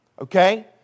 okay